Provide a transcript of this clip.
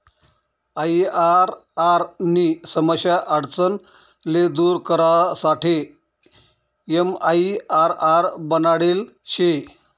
IRR नी समस्या आडचण ले दूर करासाठे एमआईआरआर बनाडेल शे